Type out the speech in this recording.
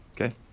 Okay